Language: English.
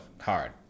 hard